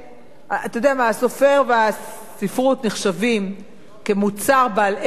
הסופר והספרות נחשבים כמוצר בעל ערך תרבותי מובהק.